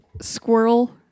squirrel